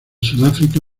sudáfrica